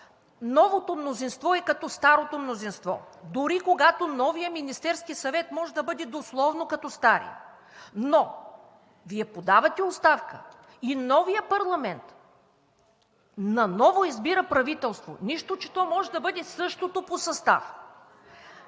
новото мнозинство е като старото мнозинство, дори когато новият Министерски съвет може да бъде дословно като стария. Но Вие подавате оставка и новият парламент наново избира правителство, нищо че то може да бъде същото по състав.